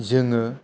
जोङो